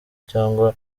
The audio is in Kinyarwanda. cyangwa